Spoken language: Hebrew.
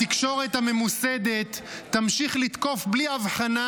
התקשורת הממוסדת תמשיך לתקוף בלי אבחנה